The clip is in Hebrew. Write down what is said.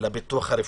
לביטוח הרפואי.